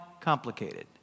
complicated